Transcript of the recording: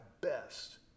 best